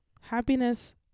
Happiness